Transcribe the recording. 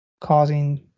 causing